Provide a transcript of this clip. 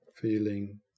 feeling